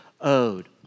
owed